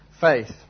faith